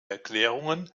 erklärungen